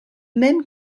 même